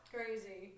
Crazy